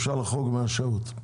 אפשר לחרוג מהשעות.